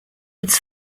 its